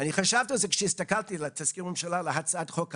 אני חשבתי על זה כשהסתכלתי על תזכיר הממשלה להצעת חוק האקלים,